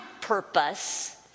purpose